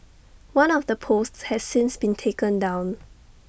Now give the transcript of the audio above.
one of the posts has since been taken down